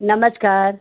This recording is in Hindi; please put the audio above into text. नमस्कार